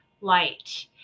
light